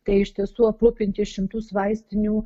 tai iš tiesų aprūpinti šimtus vaistinių